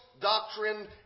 doctrine